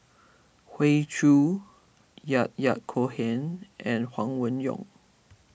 Hoey Choo Yahya Cohen and Huang Wenhong